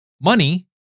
money